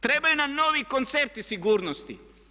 Trebaju nam novi koncepti sigurnosti.